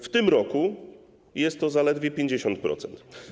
W tym roku jest to zaledwie 50%.